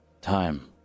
Time